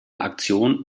aktion